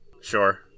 Sure